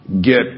get